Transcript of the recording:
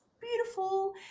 beautiful